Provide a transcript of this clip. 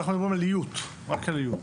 אבל אנחנו מדברים על איות, רק על איות.